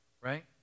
Right